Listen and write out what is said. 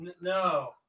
No